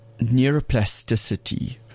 Neuroplasticity